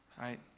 right